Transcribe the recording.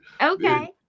Okay